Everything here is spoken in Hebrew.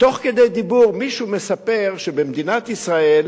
תוך כדי דיבור, מישהו מספר שבמדינת ישראל